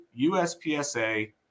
USPSA